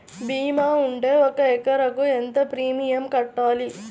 భీమా ఉంటే ఒక ఎకరాకు ఎంత ప్రీమియం కట్టాలి?